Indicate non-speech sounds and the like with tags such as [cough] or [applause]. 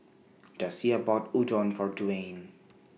[noise] Dasia bought Udon For Dwayne